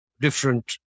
different